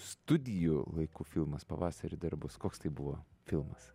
studijų laikų filmas pavasarių dar bus koks tai buvo filmas